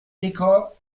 dicker